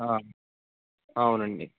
అవునండి